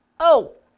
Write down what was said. oh!